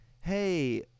hey